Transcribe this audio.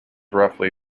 roughly